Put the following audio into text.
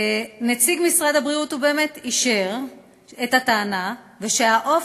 נציג משרד הבריאות באמת אישר את הטענה שהעוף